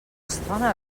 estona